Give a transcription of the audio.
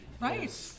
Right